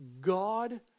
God